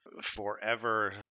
forever